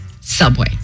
Subway